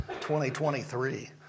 2023